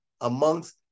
amongst